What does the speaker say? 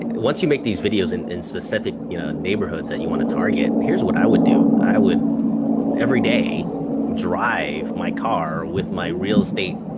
once you make these video in in specific you know neighborhoods that you wanna target, here's what i would do. i would every day drive my car with my real estate